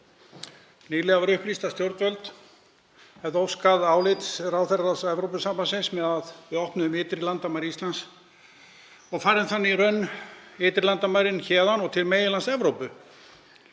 Nýlega var upplýst að stjórnvöld hefðu óskað álits ráðherraráðs Evrópusambandsins um að við opnuðum ytri landamæri Íslands og færðum þau þá í raun héðan og til meginlands Evrópu.